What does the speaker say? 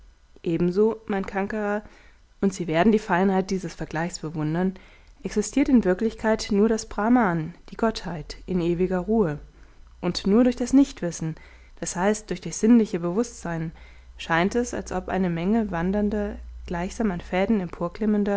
ebenso meint ankara und sie werden die feinheit dieses vergleichs bewundern existiert in wirklichkeit nur das brahman die gottheit in ewiger ruhe und nur durch das nichtwissen das heißt durch das sinnliche bewußtsein scheint es als ob eine menge wandernder gleichsam an fäden